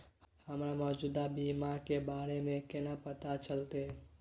हमरा मौजूदा बीमा के बारे में केना पता चलते?